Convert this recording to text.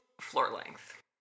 floor-length